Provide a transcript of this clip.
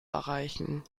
erreichen